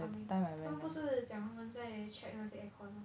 or something 不是讲他们在 check 那些 aircon